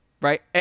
right